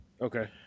Okay